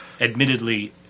admittedly